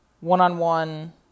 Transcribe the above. one-on-one